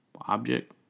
object